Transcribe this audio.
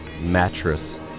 Mattress